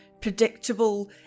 predictable